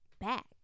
back